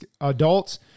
adults